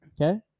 Okay